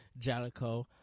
Jalico